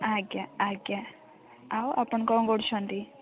ଆଜ୍ଞା ଆଜ୍ଞା ଆଉ ଆପଣ କ'ଣ କରୁଛନ୍ତି